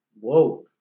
Whoa